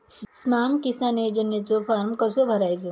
स्माम किसान योजनेचो फॉर्म कसो भरायचो?